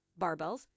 barbells